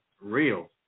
real